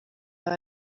yawe